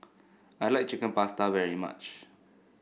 I like Chicken Pasta very much